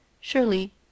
Surely